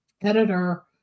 editor